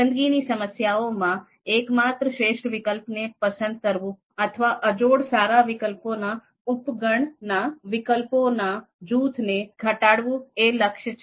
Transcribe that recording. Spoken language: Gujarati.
પસંદગીની સમસ્યાઓ માં એકમાત્ર શ્રેષ્ઠ વિકલ્પ ને પસંદ કરવું અથવા ઓછામાં ઓછું સમકક્ષ અથવા અજોડ 'સારા' વિકલ્પો ના ઉપગણ ના વિકલ્પોના જૂથને ઘટાડવું એ લક્ષ્ય છે